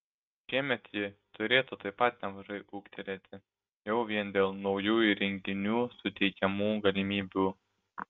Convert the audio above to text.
šiemet ji turėtų taip pat nemažai ūgtelėti jau vien dėl naujų įrenginių suteikiamų galimybių